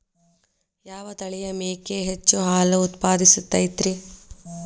ಯಾವ ತಳಿಯ ಮೇಕೆ ಹೆಚ್ಚು ಹಾಲು ಉತ್ಪಾದಿಸತೈತ್ರಿ?